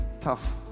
tough